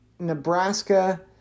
Nebraska